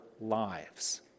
lives